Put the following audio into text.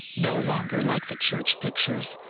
no longer like the church pictures,